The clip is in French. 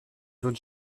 zone